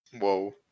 Whoa